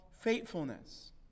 faithfulness